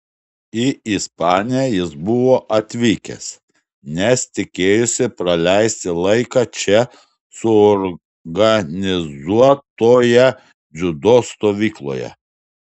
į ispaniją jis buvo atvykęs nes tikėjosi praleisti laiką čia suorganizuotoje dziudo stovykloje